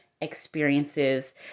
experiences